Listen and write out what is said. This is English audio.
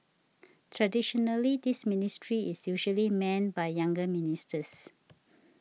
traditionally this ministry is usually manned by younger ministers